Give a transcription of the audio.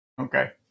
Okay